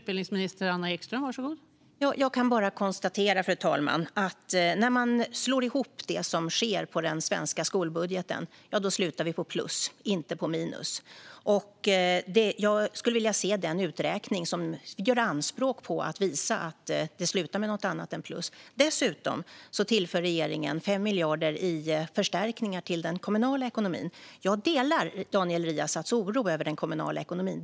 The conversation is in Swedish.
Fru talman! Jag kan bara konstatera att när man slår ihop det som sker i den svenska skolbudgeten slutar det på plus, inte på minus. Jag skulle vilja se den uträkning som gör anspråk på att visa att det slutar med något annat än plus. Dessutom tillför regeringen 5 miljarder i förstärkningar till den kommunala ekonomin. Jag delar Daniel Riazats oro över den kommunala ekonomin.